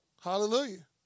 Hallelujah